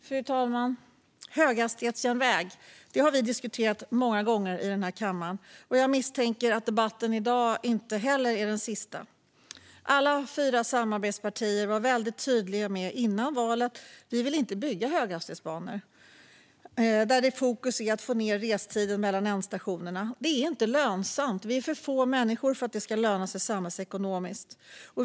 Fru talman! Höghastighetsjärnväg har vi diskuterat många gånger i den här kammaren. Jag misstänker att debatten i dag inte heller är den sista. Alla fyra samarbetspartier var väldigt tydliga innan valet med att vi inte vill bygga höghastighetsbanor där fokus är att få ned restiden mellan ändstationerna. Det är inte lönsamt. I Sverige är vi för få människor för att det ska löna sig ur samhällsekonomisk synpunkt.